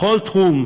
בכל תחום,